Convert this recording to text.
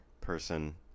Person